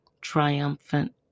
triumphant